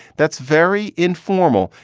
that's very informal.